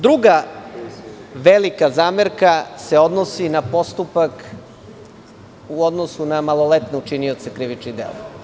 Druga velika zamerka se odnosi na postupak u odnosu na maloletne učinioce krivičnih dela.